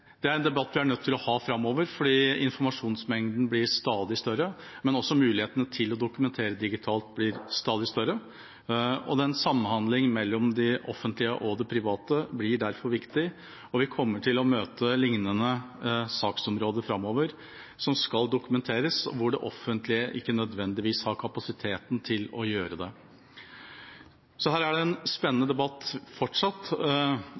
er en debatt vi er nødt til å ha framover, fordi informasjonsmengden blir stadig større. Også mulighetene til å dokumentere digitalt blir stadig større, og samhandlingen mellom de offentlige og det private blir derfor viktig. Vi kommer framover til å møte lignende saksområder som skal dokumenteres, og hvor det offentlige ikke nødvendigvis har kapasiteten til å gjøre det. Det vil fortsatt være en